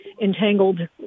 entangled